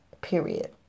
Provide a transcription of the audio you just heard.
period